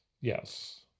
Yes